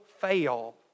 fail